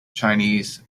chinese